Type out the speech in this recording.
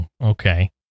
okay